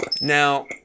now